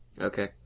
Okay